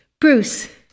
Bruce